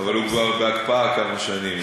אבל הוא כבר בהקפאה כמה שנים,